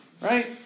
Right